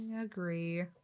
Agree